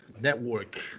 Network